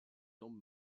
tombe